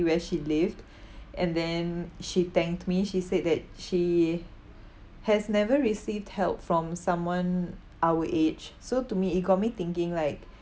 where she lived and then she thanked me she said that she has never received help from someone our age so to me it got me thinking like